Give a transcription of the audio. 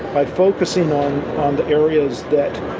by focusing on the areas that